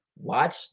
watch